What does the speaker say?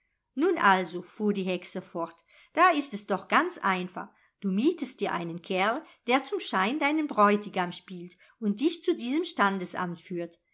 nun also fuhr die hexe fort da ist es doch ganz einfach du mietest dir einen kerl der zum schein deinen bräutigam spielt und dich zu diesem standesamt führt